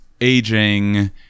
aging